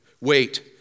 Wait